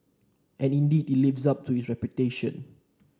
and indeed it lives up to its reputation